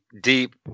deep